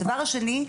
הדבר השני,